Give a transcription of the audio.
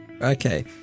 Okay